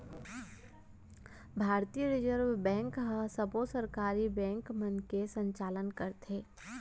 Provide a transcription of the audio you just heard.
भारतीय reserve bank ह सबो सहकारी बेंक मन के संचालन करथे